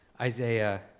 Isaiah